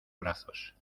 brazos